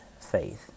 faith